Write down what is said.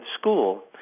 school